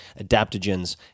adaptogens